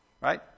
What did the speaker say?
Right